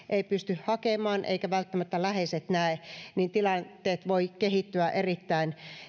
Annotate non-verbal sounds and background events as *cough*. *unintelligible* ei pysty hakemaan eivätkä välttämättä läheiset näe niin tilanteet voivat kehittyä erittäin